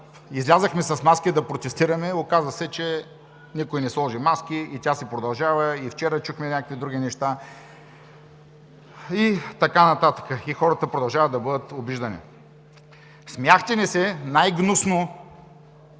излязохме с маски да протестираме. Оказа се, че никой не сложи маски и тя си продължава – и вчера чухме някакви други неща, и така нататък. И хората продължават да бъдат обиждани. Смяхте ни се най-гнусно